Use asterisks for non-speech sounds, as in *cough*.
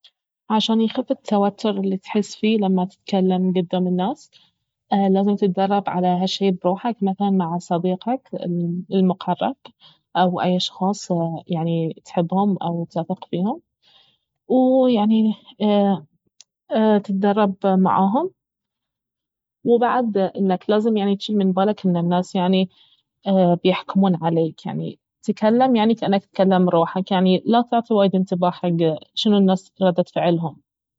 عشان يخف التوتر الي تحس فيه لما تتكلم قدام الناس لازم تتدرب على هالشيء بروحك مثلا مع صديقك ال- المقرب او أي اشخاص تحبهم او تثق فيهم ويعني *hesitation* تتدرب معاهم وبعد انك لازم يعني تشيل من بالك انه الناس يعني بيحكمون عليك يعني تكلم يعني كأنك تكلم روحك يعني لا تعطي وايد انتباه حق شنو الناس ردة فعلهم